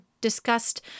discussed